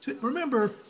Remember